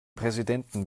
präsidenten